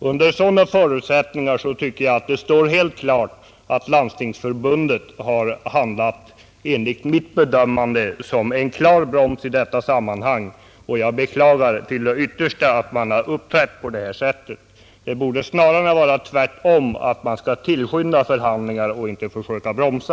Under sådana förutsättningar står det enligt mitt bedömande helt klart att Landstingsförbundet har verkat som en broms härvidlag, och jag beklagar livligt att man har uppträtt på detta sätt. Man borde ha gjort tvärtom och tillskyndat förhandlingar i stället för att försöka bromsa.